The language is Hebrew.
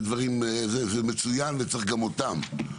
זה מצוין, וצריך גם אותם.